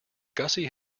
gussie